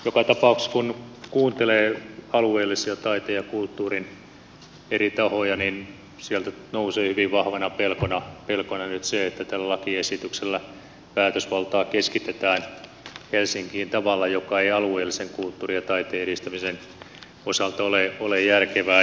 joka tapauksessa kun kuuntelee alueellisia taiteen ja kulttuurin eri tahoja sieltä nousee hyvin vahvana pelkona nyt se että tällä lakiesityksellä päätösvaltaa keskitetään helsinkiin tavalla joka ei alueellisen kulttuurin ja taiteen edistämisen osalta ole järkevää